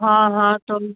हाँ हाँ तभी